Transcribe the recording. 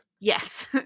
Yes